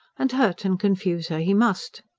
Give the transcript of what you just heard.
and hurt and confuse her he must.